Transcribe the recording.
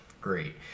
great